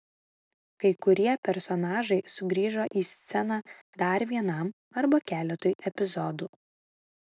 kai kurie personažai sugrįžo į sceną dar vienam arba keletui epizodų